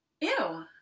Ew